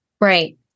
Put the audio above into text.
Right